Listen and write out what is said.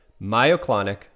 myoclonic